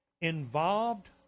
Involved